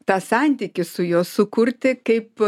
tą santykį su juo sukurti kaip